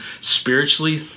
spiritually